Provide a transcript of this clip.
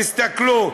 תסתכלו.